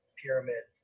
pyramid